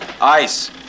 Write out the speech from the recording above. Ice